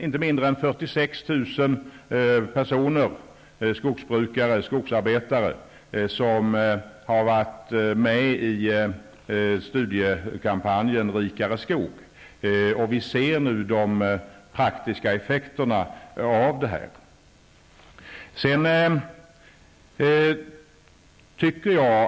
Inte mindre än 46 000 personer, skogsbrukare och skogsarbetare, har varit med i studiekampanjen Rikare Skog, och vi ser nu de praktiska effekterna av detta.